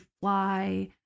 fly